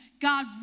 God